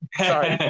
sorry